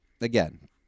again